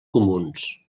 comuns